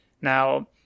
Now